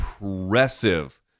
impressive